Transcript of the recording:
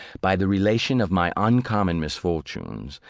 by the relation of my uncommon misfortunes,